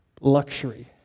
luxury